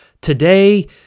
Today